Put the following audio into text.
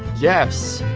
yes